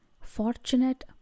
fortunate